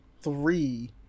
three